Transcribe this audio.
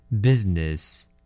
Business